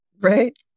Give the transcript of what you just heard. right